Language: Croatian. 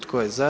Tko je za?